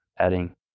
adding